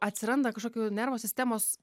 atsiranda kažkokių nervų sistemos